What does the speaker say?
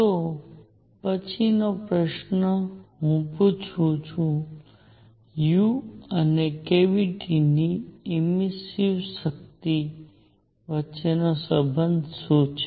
તો પછીનો પ્રશ્ન હું પૂછું છું u અને કેવીટીની ઇમર્સિવ શક્તિ વચ્ચેનો સંબંધ શું છે